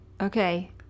Okay